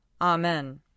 Amen